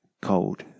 cold